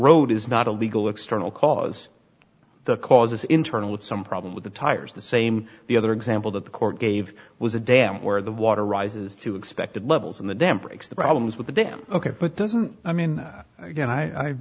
road is not a legal external cause the cause is internal with some problem with the tires the same the other example that the court gave was a dam where the water rises to expected levels in the dam breaks the problems with the d m ok but doesn't i mean again i